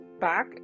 back